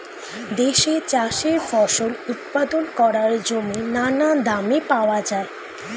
দেশে চাষের ফসল উৎপাদন করার জমি নানা দামে পাওয়া যায়